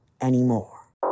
anymore